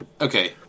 okay